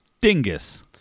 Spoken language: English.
dingus